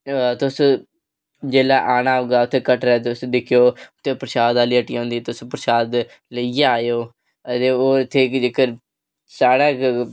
तुस जेल्लै औना होगा उत्थै कटड़े तुस दिक्खेओ ते ओह् प्रसाद आह्ली हट्टियां होंदियां तुस प्रसाद लेइयै आए ते ओह् उत्थै जेकर साढ़े